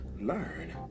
learn